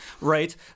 right